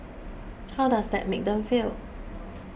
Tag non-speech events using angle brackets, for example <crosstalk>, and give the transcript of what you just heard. <noise> how does that make them feel